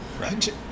right